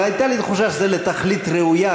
אבל הייתה לי תחושה שזה לתכלית ראויה,